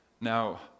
Now